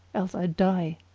else i die.